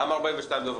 למה 42 דוברים?